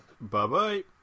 Bye-bye